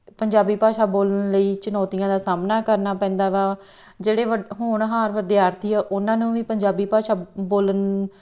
ਪੰਜਾਬੀ ਭਾਸ਼ਾ ਬੋਲਣ ਲਈ ਚੁਣੌਤੀਆਂ ਦਾ ਸਾਹਮਣਾ ਕਰਨਾ ਪੈਂਦਾ ਵਾ ਜਿਹੜੇ ਵ ਹੋਣਹਾਰ ਵਿਦਿਆਰਥੀ ਆ ਉਹਨਾਂ ਨੂੰ ਵੀ ਪੰਜਾਬੀ ਭਾਸ਼ਾ ਬੋਲਣ